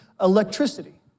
electricity